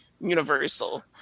universal